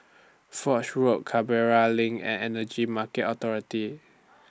Foch Road Canberra LINK and Energy Market Authority